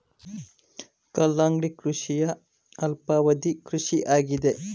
ಕಲ್ಲಂಗಡಿ ಕೃಷಿಯ ಅಲ್ಪಾವಧಿ ಕೃಷಿ ಆಗಿದೆ